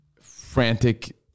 frantic